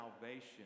salvation